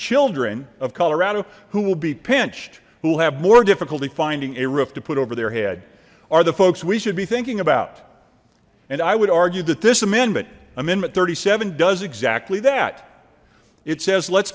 children of colorado who will be pinched who will have more difficulty finding a roof to put over their head are the folks we should be thinking about and i would argue that this amendment amendment thirty seven does exactly that it says let's